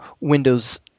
Windows